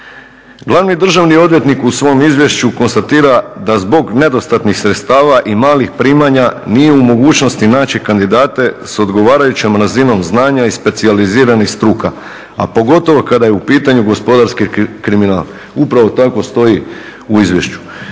Glavni državni odvjetnik u svom izvješću konstatira da zbog nedostatnih sredstava i malih primanja nije u mogućnosti naći kandidate s odgovarajućom razinom znanja i specijaliziranih struka, a pogotovo kada je u pitanju gospodarski kriminal. Upravo tako stoji u izvješću.